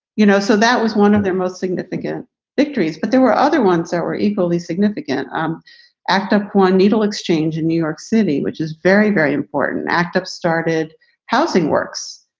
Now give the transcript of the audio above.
you know so that was one of their most significant victories, but there were other ones that were equally significant and um active. one needle exchange in new york city, which is very, very important and active, started housing works,